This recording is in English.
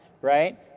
right